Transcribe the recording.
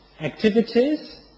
activities